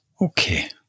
Okay